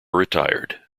retired